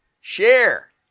Share